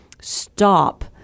stop